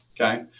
okay